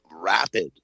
rapid